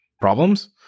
problems